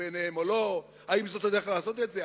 ביניהם או לא, ואם זו הדרך לעשות את זה.